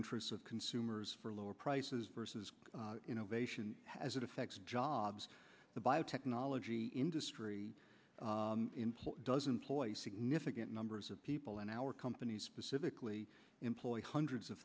interests of consumers for lower prices versus innovation as it effects jobs the biotechnology industry doesn't ploy significant numbers of people in our companies specifically employ hundreds of